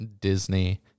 Disney